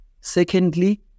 secondly